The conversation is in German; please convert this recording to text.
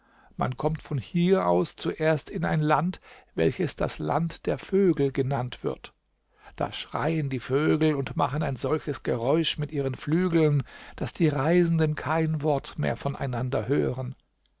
man kommt von hier aus zuerst in ein land welches das land der vögel genannt wird da schreien die vögel und machen ein solches geräusch mit ihren flügeln daß die reisenden kein wort mehr voneinander hören